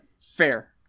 fair